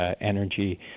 energy